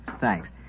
Thanks